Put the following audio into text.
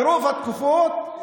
ברוב התקופות,